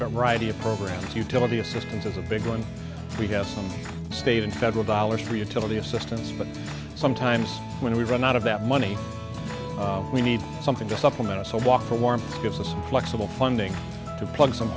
writing a program to utility assistance is a big one we have some state and federal dollars for utility assistance but sometimes when we run out of that money we need something to supplement us so walk for warm gives us flexible funding to plug